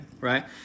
right